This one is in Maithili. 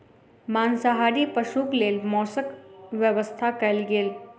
मांसाहारी पशुक लेल मौसक व्यवस्था कयल गेल